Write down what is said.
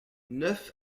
neuf